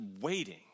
waiting